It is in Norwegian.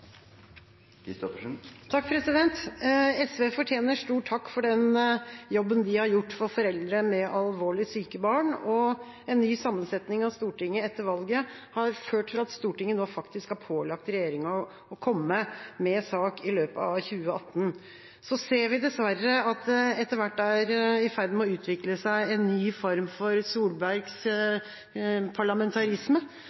den jobben de har gjort for foreldre med alvorlig syke barn, og en ny sammensetning av Stortinget etter valget har ført til at Stortinget nå har pålagt regjeringa til å komme med en sak i løpet av 2018. Så ser vi dessverre at det etter hvert er i ferd med å utvikle seg en ny form for